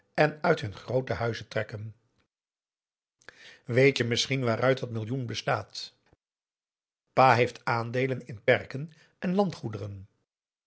en uit hun groote huizen trekken weet je misschien waaruit dat millioen bestaat pa heeft aandeelen in perken en landgoederen